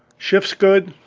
shifts good,